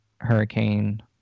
Hurricane